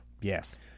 Yes